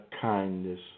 kindness